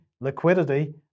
liquidity